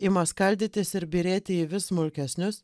ima skaldytis ir byrėti į vis smulkesnius